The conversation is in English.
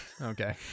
okay